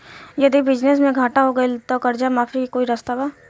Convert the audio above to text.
यदि बिजनेस मे घाटा हो गएल त कर्जा माफी के कोई रास्ता बा?